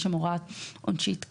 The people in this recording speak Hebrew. יש שם הוראה עונשית כללית,